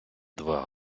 два